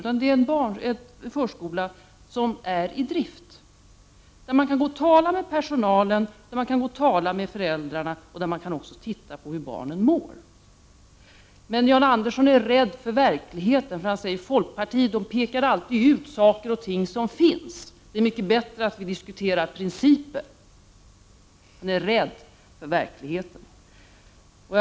Det är en förskola som är i drift, där man kan tala med personalen och med föräldrarna och se hur barnen mår. Jan Andersson är rädd för verkligheten, när han säger att folkpartiet alltid pekar ut saker och ting som finns och när han tycker att det är bättre att diskutera principer.